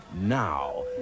now